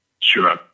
Sure